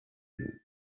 been